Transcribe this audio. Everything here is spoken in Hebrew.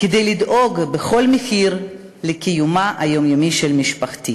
שנולדו בחו"ל לאזרח ישראלי וחזרו ארצה.